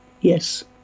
Yes